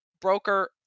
broker